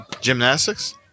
Gymnastics